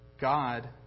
God